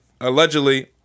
allegedly